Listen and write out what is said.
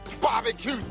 Barbecue